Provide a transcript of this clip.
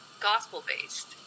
gospel-based